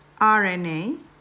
RNA